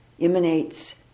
emanates